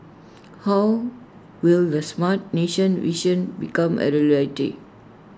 how will the Smart Nation vision become A reality